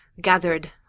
gathered